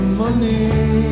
money